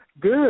Good